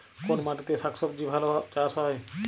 কোন মাটিতে শাকসবজী ভালো চাষ হয়?